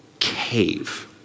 cave